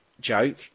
joke